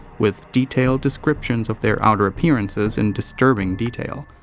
with detailed descriptions of their outer appearances in disturbing detail.